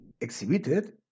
exhibited